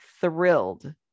thrilled